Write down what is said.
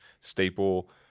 staple